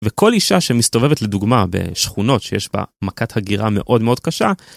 וכל אישה שמסתובבת לדוגמה בשכונות שיש בה מכת הגירה מאוד מאוד קשה